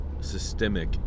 systemic